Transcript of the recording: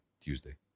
Tuesday